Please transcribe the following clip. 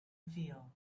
feel